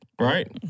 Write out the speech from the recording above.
right